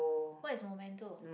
what is Momento